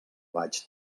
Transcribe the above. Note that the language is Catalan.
vaig